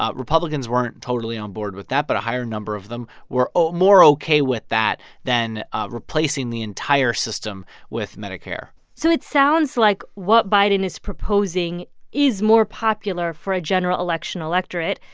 ah republicans weren't totally onboard with that, but a higher number of them were ah more ok with that than ah replacing the entire system with medicare so it sounds like what biden is proposing is more popular for a general election electorate.